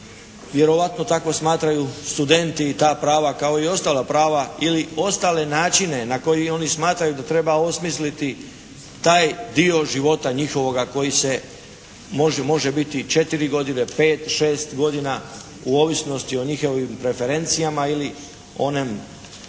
vjerojatno tako smatraju studenti i ta prava kao i ostala prava ili ostale načine na koje oni smatraju da treba osmisliti taj dio života njihovoga koji se može biti četiri godine, pet, šest godina u ovisnosti o njihovim referencijama i onim